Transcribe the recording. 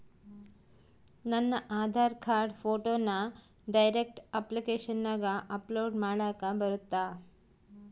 ನನ್ನ ಆಧಾರ್ ಕಾರ್ಡ್ ಫೋಟೋನ ಡೈರೆಕ್ಟ್ ಅಪ್ಲಿಕೇಶನಗ ಅಪ್ಲೋಡ್ ಮಾಡಾಕ ಬರುತ್ತಾ?